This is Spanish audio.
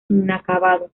inacabado